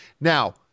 Now